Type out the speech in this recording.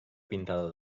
pintada